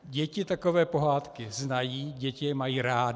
Děti takové pohádky znají, děti je mají rády.